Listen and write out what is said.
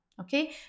Okay